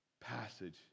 passage